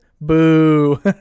Boo